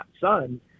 son